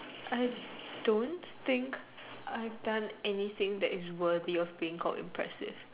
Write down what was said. I don't think I've done anything that is worthy of being called impressive